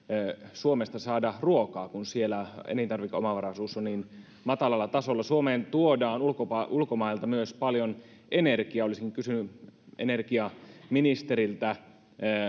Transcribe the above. suomesta saada ruokaa kun siellä elintarvikeomavaraisuus on niin matalalla tasolla suomeen tuodaan ulkomailta myös paljon energiaa olisin kysynyt energiaministeriltä